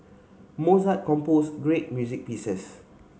Mozart composed great music pieces